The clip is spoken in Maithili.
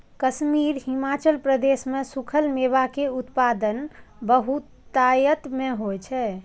कश्मीर, हिमाचल प्रदेश मे सूखल मेवा के उत्पादन बहुतायत मे होइ छै